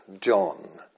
John